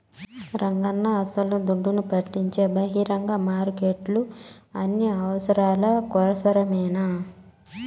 రంగన్నా అస్సల దుడ్డును పుట్టించే బహిరంగ మార్కెట్లు అన్ని అవసరాల కోసరమేనన్నా